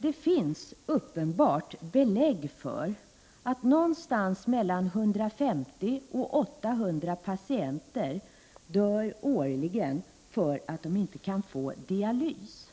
Det finns uppenbarligen belägg för att mellan 150 och 800 patienter dör årligen därför att de inte kan få dialys.